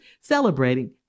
celebrating